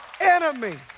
enemy